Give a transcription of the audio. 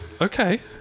Okay